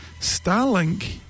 Starlink